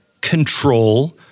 control